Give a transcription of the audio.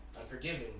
Unforgiven